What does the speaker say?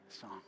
song